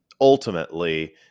ultimately